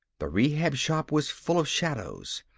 the rehab shop was full of shadows.